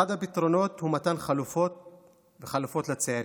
אחד הפתרונות הוא מתן חלופות לצעירים,